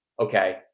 Okay